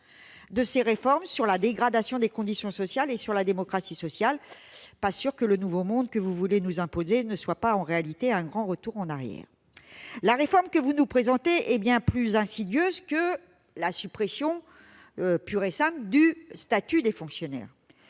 de ces réformes sur la dégradation des conditions sociales et sur la démocratie sociale. Le nouveau monde que vous voulez nous imposer n'est-il pas en réalité un grand retour en arrière ? La réforme que vous nous présentez est bien plus insidieuse que la suppression pure et simple du statut des fonctionnaires.